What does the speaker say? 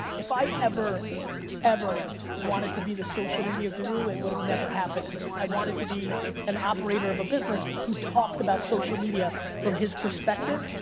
if i ever ever wanted to be the social media guru it would have never happened. i wanted to me an operator of a business who talked about social media from his perspective,